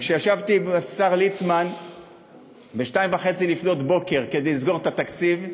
כשישבתי עם השר ליצמן ב-02:30 כדי לסגור את התקציב,